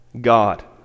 God